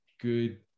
good